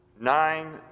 Nine